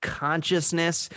consciousness